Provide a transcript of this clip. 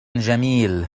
جميل